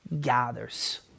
gathers